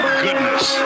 goodness